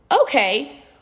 okay